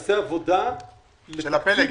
נעשה עבודה ייחודית.